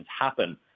happen